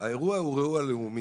האירוע הוא אירוע לאומי,